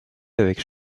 avec